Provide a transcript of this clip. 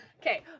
okay